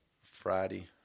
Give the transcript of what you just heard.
Friday